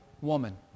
woman